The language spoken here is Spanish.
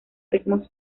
ritmos